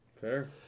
Fair